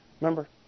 Remember